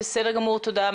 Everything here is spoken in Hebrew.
בסדר גמור, תודה.